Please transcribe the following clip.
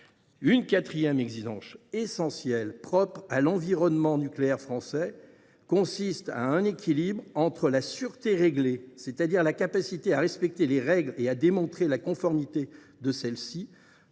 Une quatrième exigence essentielle propre à l’environnement nucléaire français consiste en un équilibre entre la sûreté « réglée », c’est à dire la capacité à respecter les règles et à démontrer la conformité à celles ci,